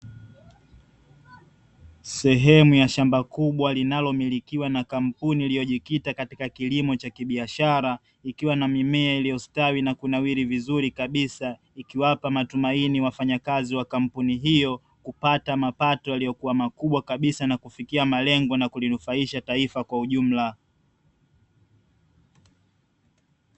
Sehemu ya shamba kubwa linalomilikiwa na kampuni iliyojikita katika kilimo cha kibiashara, ikiwa na mimea iliyostawi na kunawiri vizuri kabisa, ikiwapa matumani wafanyakazi wa kampuni hiyo kupata mapato yaliyokuwa makubwa kabisa na kufikia malengo na kulinufaisha taifa kwa ujumla.